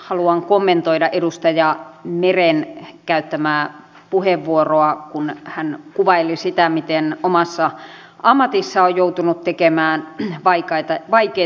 ensin haluan kommentoida edustaja meren käyttämää puheenvuoroa kun hän kuvaili sitä miten omassa ammatissaan on joutunut tekemään vaikeita ja raskaita asioita